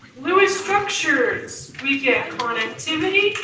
lewis structures. we get connectivity.